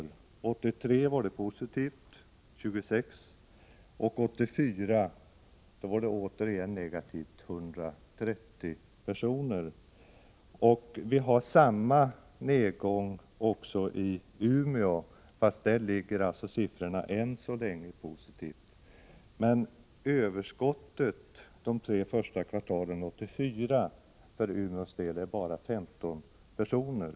År 1983 var den positiv — 26 personer. År 1984 var den återigen negativ — 130 personer. Vi har samma nedgång också i Umeå, även om siffrorna där ännu så länge är positiva. Överskottet de tre första kvartalen 1984 var för Umeås del bara 15 personer.